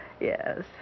yes